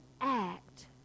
act